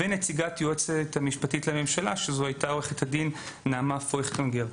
ונציגת היועצת המשפטית לממשלה שזאת הייתה עורכת הדין נעמה פויכטונגר.